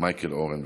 מייקל אורן.